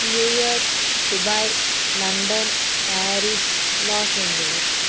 New York Dubai London Paris Los Angeles